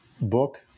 book